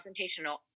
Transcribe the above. confrontational